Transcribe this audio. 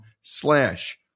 slash